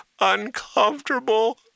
uncomfortable